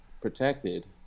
protected